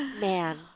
man